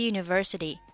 University